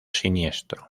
siniestro